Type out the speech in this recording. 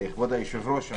כבוד היושב ראש,